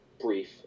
Brief